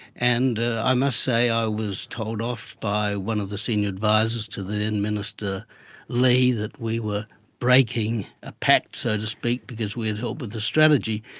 and i must say i was told off by one of the senior advisers to the then minister ley, that we were breaking a pact, so to speak, because we had helped with the strategy.